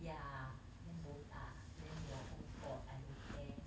ya then botak then your own fault I don't care